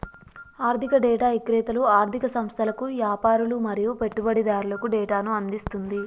ఆర్ధిక డేటా ఇక్రేతలు ఆర్ధిక సంస్థలకు, యాపారులు మరియు పెట్టుబడిదారులకు డేటాను అందిస్తుంది